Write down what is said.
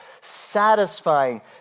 satisfying